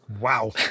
Wow